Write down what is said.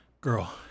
girl